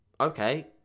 okay